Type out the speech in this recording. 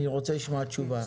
אני רוצה לשמוע תשובה.